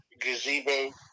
gazebo